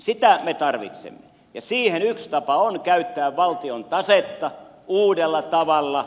sitä me tarvitsemme ja siihen yksi tapa on käyttää valtion tasetta uudella tavalla